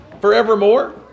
forevermore